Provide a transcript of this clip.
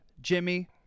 Jimmy